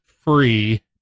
free